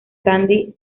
candy